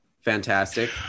Fantastic